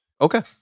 Okay